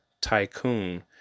tycoon